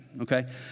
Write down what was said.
okay